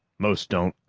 most don't,